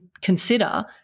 consider